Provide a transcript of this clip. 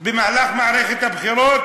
במהלך מערכת הבחירות: